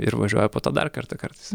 ir važiuoja po to dar kartą kartais